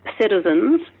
citizens